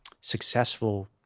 successful